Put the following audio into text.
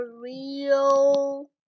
real